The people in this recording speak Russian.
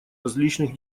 различных